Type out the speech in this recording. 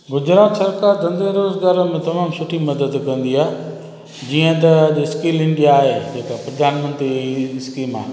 गुजरात सरकार धंधे जो करे तमामु सुठी मदद कंदी आहे जीअं त द स्किल इंडिआ आहे जेका प्रधानमंत्री जी स्कीम आहे